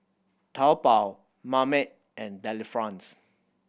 Taobao Marmite and Delifrance